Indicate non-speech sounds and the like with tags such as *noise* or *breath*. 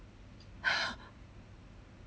*breath*